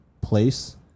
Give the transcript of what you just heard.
place